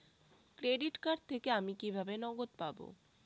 Credit card থেকে আমি কিভাবে নগদ পাব?